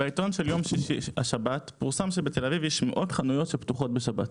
בעיתון של יום שישי השבת פורסם שבתל אביב יש מאות חנויות שפתוחות בשבת.